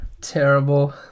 Terrible